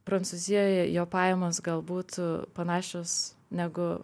prancūzijoje jo pajamos galbūt panašios negu